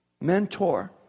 Mentor